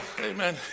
Amen